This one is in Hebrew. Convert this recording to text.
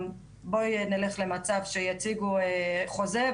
גם בואי נלך למצב שיציגו חוזה,